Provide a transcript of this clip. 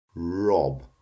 rob